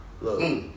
Look